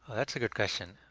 that's a good question.